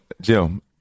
Jim